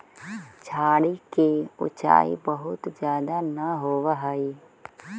झाड़ि के ऊँचाई बहुत ज्यादा न होवऽ हई